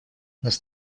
нас